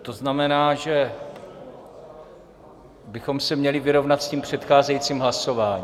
To znamená, že bychom se měli vyrovnat s předcházejícím hlasováním.